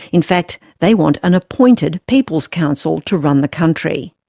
in fact, they want an appointed people's council to run the country.